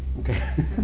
Okay